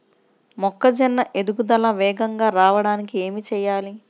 మొక్కజోన్న ఎదుగుదల వేగంగా రావడానికి ఏమి చెయ్యాలి?